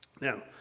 Now